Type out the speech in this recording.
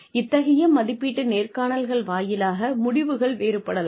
இத்தகைய மதிப்பீட்டு நேர்காணல்கள் வாயிலாக முடிவுகள் வேறுபடலாம்